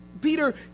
Peter